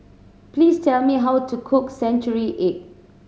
please tell me how to cook century egg